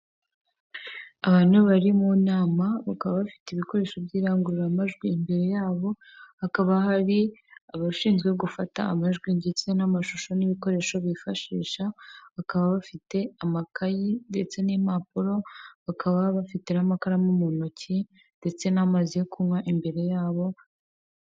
Abantu bari mu nama bakaba bafite ibikoresho by'irangururamajwi imbere yabo hakaba hari abashinzwe gufata amajwi ndetse n'amashusho n'ibikoresho bifashisha bakaba bafite amakayi ndetse n'impapuro bakaba bafite n'amakaramu mu ntoki ndetse n'amazi yo kunywa imbere yabo..